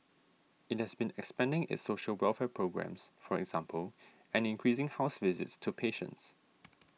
it has been expanding its social welfare programmes for example and increasing house visits to patients